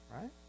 Right